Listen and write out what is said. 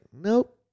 nope